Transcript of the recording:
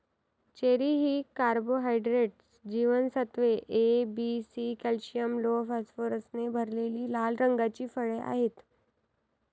cherry ही carbohydrates, जीवनसत्त्वे A, B, C, calcium, लोह, फॉस्फरसने भरलेली लाल रंगाची फळे आहेत